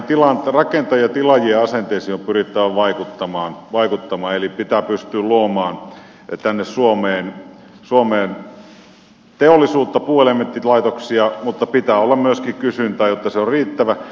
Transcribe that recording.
mutta näihin rakentajien ja tilaajien asenteisiin on pyrittävä vaikuttamaan eli pitää pystyä luomaan tänne suomeen teollisuutta puuelementtilaitoksia mutta pitää olla myöskin riittävää kysyntää